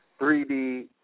3D